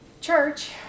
Church